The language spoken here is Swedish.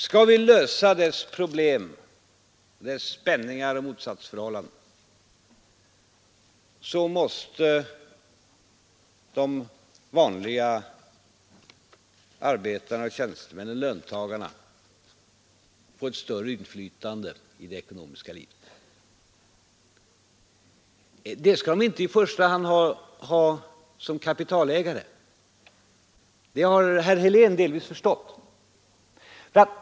Skall vi lösa dess problem, dess spänningar och motsatsförhållanden, måste de vanliga arbetarna och tjänstemännen — löntagarna — få ett större inflytande i det ekonomiska livet. Det inflytandet skall de inte i första hand ha som kapitalägare — detta har herr Helén delvis förstått.